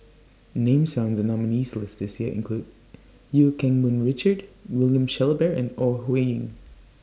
Names found in The nominees' list This Year include EU Keng Mun Richard William Shellabear and Ore Huiying